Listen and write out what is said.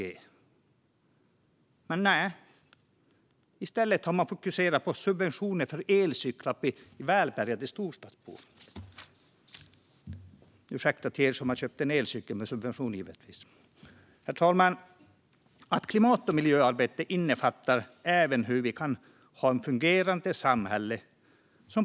Men nej, i stället har man fokuserat på subventioner för elcyklar till välbärgade storstadsbor. Jag ber givetvis om ursäkt till er som har köpt en elcykel med subvention. Herr talman! Klimat och miljöarbete innefattar även hur vi kan ha ett fungerande samhälle.